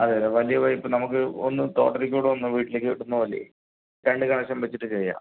അതെ അതെ വലിയ പൈപ്പ് നമുക്ക് ഒന്ന് തോട്ടത്തിൽ കൂടെ ഒന്ന് വീട്ടിലേക്ക് കിട്ടുന്നപ്പോലെയെ രണ്ട് കണക്ഷൻ വെച്ചിട്ട് ചെയ്യാം